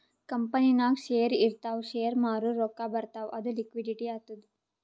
ಕಂಪನಿನಾಗ್ ಶೇರ್ ಇರ್ತಾವ್ ಶೇರ್ ಮಾರೂರ್ ರೊಕ್ಕಾ ಬರ್ತಾವ್ ಅದು ಲಿಕ್ವಿಡಿಟಿ ಆತ್ತುದ್